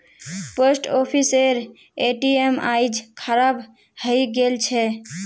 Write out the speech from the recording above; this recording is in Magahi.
पोस्ट ऑफिसेर ए.टी.एम आइज खराब हइ गेल छ